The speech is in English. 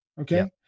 okay